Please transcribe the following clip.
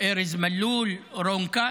ארז מלול ורון כץ,